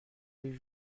les